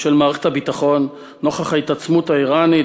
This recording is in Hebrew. של מערכת הביטחון נוכח ההתעצמות האיראנית,